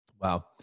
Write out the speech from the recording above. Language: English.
Wow